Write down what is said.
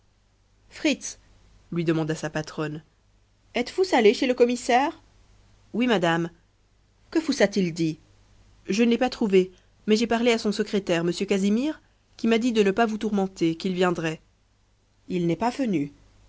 fritz lui demanda sa patronne êtes-vous allé chez le commissaire oui madame que vous a-t-il dit je ne l'ai pas trouvé mais j'ai parlé à son secrétaire m casimir qui m'a dit de ne pas vous tourmenter qu'il viendrait il n'est pas venu